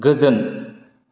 गोजोन